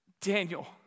Daniel